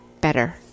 better